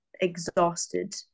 exhausted